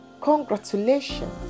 congratulations